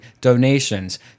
donations